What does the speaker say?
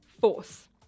force